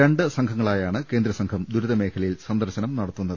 രണ്ടു ടീമുകളായാണ് കേന്ദ്രസംഘം ദുരിതമേഖലകളിൽ സന്ദർശനം നടത്തുന്നത്